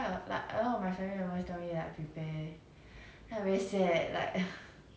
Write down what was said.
ya lah it's like that [one] but when did you get when did you get cookie